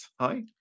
Hi